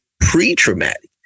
pre-traumatic